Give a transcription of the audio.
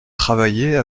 travailler